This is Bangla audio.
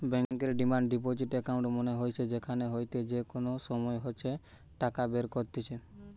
বেঙ্কর ডিমান্ড ডিপোজিট একাউন্ট মানে হইসে যেখান হইতে যে কোনো সময় ইচ্ছে টাকা বের কত্তিছে